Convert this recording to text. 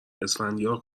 اسفندیار